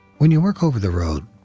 when you work over the road,